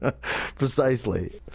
Precisely